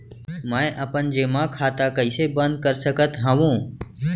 मै अपन जेमा खाता कइसे बन्द कर सकत हओं?